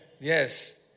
Yes